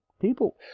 people